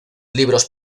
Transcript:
libros